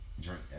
drink